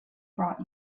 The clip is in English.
brought